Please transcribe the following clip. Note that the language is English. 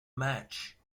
match